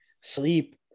sleep